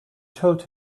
told